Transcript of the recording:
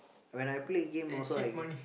when I play game also I